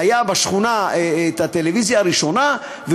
הייתה לו הטלוויזיה הראשונה בשכונה,